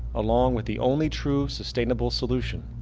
along with the only true sustainable solution,